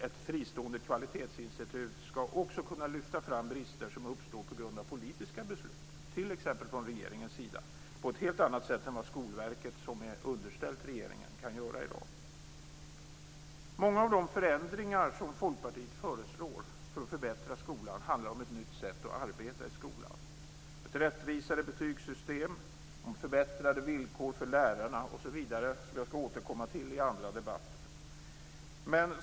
Ett fristående kvalitetsinstitut skall också kunna lyfta fram brister som uppstår på grund av politiska beslut, t.ex. från regeringens sida, på ett helt annat sätt än vad Skolverket, som är underställt regeringen, kan göra i dag. Många av de förändringar som Folkpartiet föreslår för att förbättra skolan handlar om ett nytt sätt att arbeta i skolan, om ett rättvisare betygssystem, om förbättrade villkor för lärarna osv. som jag skall återkomma till i andra debatter.